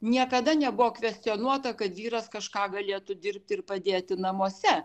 niekada nebuvo kvestionuota kad vyras kažką galėtų dirbti ir padėti namuose